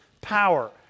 power